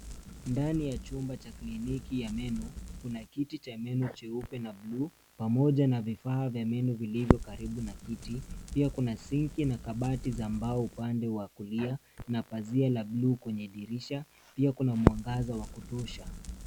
Ndani ya chumba cha kliniki ya meno kuna kiti cha meno cheupe na buluu pamoja na vifaa vya meno vilivyo karibu na kiti, pia kuna sinki na kabati upande wa kulia na pazia la buluu kwenye dirisha pia kuna mwangaza wa kutosha.